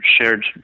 shared